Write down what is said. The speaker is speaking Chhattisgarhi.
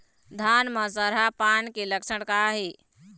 धान म सरहा पान के लक्षण का हे?